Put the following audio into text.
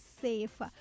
safe